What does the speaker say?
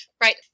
right